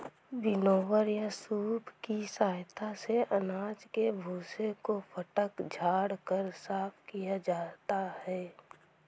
winnower या सूप की सहायता से अनाज के भूसे को फटक झाड़ कर साफ किया जाता है